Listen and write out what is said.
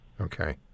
Okay